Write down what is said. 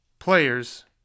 Players